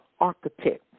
architect